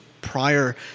prior